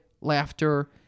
laughter